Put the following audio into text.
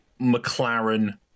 McLaren